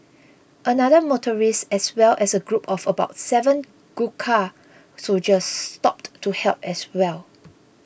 another motorist as well as a group of about seven Gurkha soldiers stopped to help as well